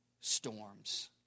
storms